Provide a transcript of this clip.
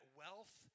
wealth